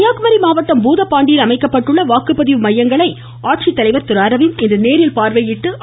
கன்னியாகுமரி மாவட்டம் பூதப்பாண்டியில் அமைக்கப்பட்டுள்ள வாக்குப்பதிவு மையங்களை ஆட்சித்தலைவர் திரு அரவிந்த் இன்று நேரில் பார்வையிட்டு ஆய்வு செய்தார்